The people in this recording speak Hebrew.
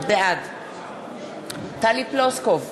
בעד טלי פלוסקוב,